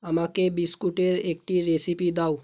আমাকে বিস্কুটের একটি রেসিপি দাও